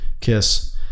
Kiss